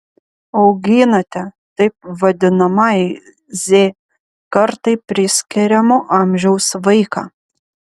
auginate taip vadinamajai z kartai priskiriamo amžiaus vaiką